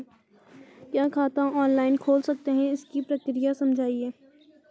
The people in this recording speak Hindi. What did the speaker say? क्या खाता ऑनलाइन खोल सकते हैं इसकी प्रक्रिया समझाइए?